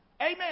Amen